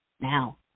Now